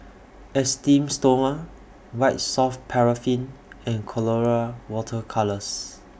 Esteem Stoma White Soft Paraffin and Colora Water Colours